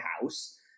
house